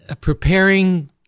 preparing